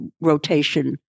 rotation